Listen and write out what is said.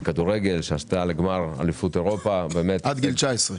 בכדורגל שעלתה לגמר אליפות אירופה, עד גיל 19.